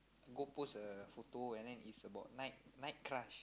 go post a photo and then it's about night night crush